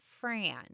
Fran